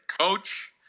coach